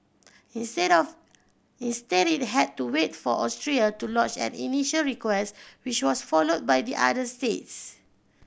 instead of instead it had to wait for Austria to lodge an initial request which was followed by the other states